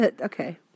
okay